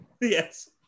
Yes